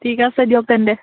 ঠিক আছে দিয়ক তেন্তে